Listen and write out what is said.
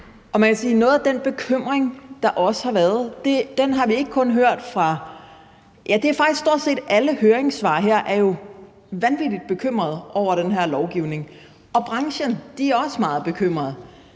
at noget af den bekymring, der også har været, har vi ikke kun hørt i et høringssvar, for i stort set alle høringssvarene giver man udtryk for, at man er vanvittig bekymret over den her lovgivning. Branchen er også meget bekymret,